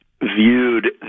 viewed